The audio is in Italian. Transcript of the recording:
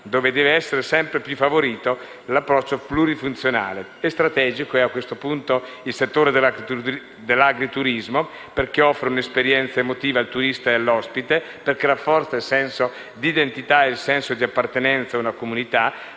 dove deve essere sempre più favorito l'approccio plurifunzionale. Strategico è a questo punto il settore dell'agriturismo, perché offre un'esperienza emotiva al turiste e all'ospite, perché rafforza il senso di identità e di appartenenza a una comunità,